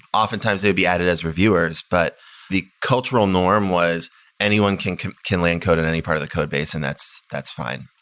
oftentimes, they would be added as reviewers, but the cultural norm was anyone can can land code in any part of the codebase and that's that's fine.